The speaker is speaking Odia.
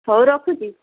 ହଉ ରଖୁଛି